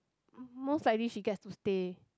most likely she gets to stay